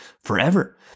forever